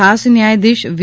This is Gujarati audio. ખાસ ન્યાયાધીશ વી